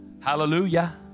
Hallelujah